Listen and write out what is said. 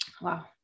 Wow